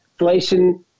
inflation